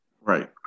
Right